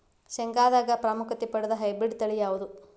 ಶೇಂಗಾದಾಗ ಪ್ರಾಮುಖ್ಯತೆ ಪಡೆದ ಹೈಬ್ರಿಡ್ ತಳಿ ಯಾವುದು?